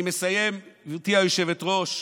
אני מסיים, גברתי היושבת-ראש.